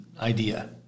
idea